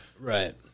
Right